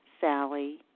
Sally